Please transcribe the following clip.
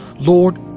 Lord